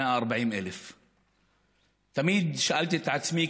140,000. תמיד שאלתי את עצמי,